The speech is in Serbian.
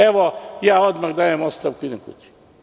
Evo, odmah dajem ostavku i idem kući.